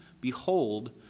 Behold